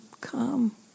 come